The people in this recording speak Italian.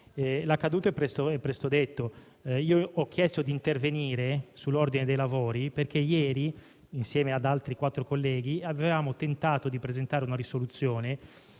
l'accaduto, che è presto detto. Ho chiesto di intervenire perché ieri, insieme ad altri quattro colleghi, avevamo tentato di presentare una risoluzione